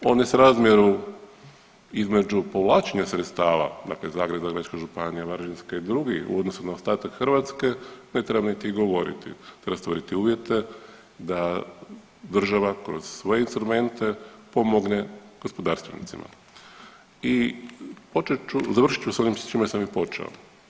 O nesrazmjeru između povlačenja sredstava, dakle Zagrebačka županija, Varaždinska i drugi u odnosu na ostatak Hrvatske ne treba niti govoriti, treba stvoriti uvjete da država kroz svoje instrumente pomogne gospodarstvenicima i počet ću, završit ću s onim s čime sam i počeo.